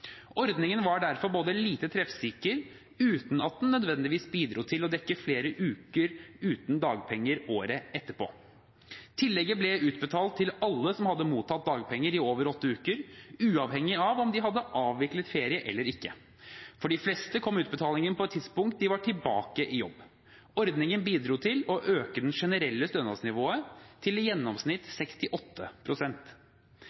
Ordningen var derfor lite treffsikker, uten at den nødvendigvis bidro til å dekke flere uker uten dagpenger året etterpå. Tillegget ble utbetalt til alle som hadde mottatt dagpenger i over åtte uker, uavhengig av om de hadde avviklet ferie eller ikke. For de fleste kom utbetalingen på et tidspunkt de var tilbake i jobb. Ordningen bidro til å øke det generelle stønadsnivået til i gjennomsnitt